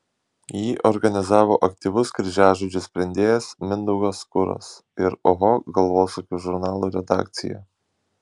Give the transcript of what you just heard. jį organizavo aktyvus kryžiažodžių sprendėjas mindaugas kuras ir oho galvosūkių žurnalų redakcija